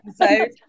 episode